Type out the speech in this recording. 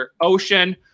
Ocean